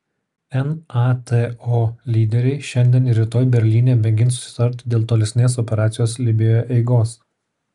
nato lyderiai šiandien ir rytoj berlyne mėgins susitarti dėl tolesnės operacijos libijoje eigos